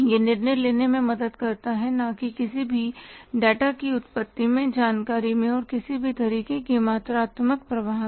यह निर्णय लेने में मदद करता है ना कि किसी भी डाटा की उत्पत्ति में जानकारी में और किसी भी तरीके की मात्रात्मक प्रवाह में